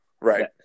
Right